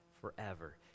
forever